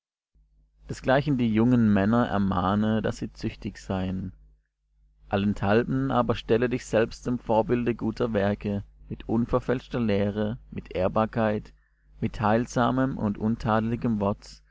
desgleichen die jungen männer ermahne daß sie züchtig seien allenthalben aber stelle dich selbst zum vorbilde guter werke mit unverfälschter lehre mit ehrbarkeit mit heilsamem und untadeligem wort